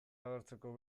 agertzeko